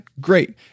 great